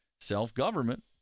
self-government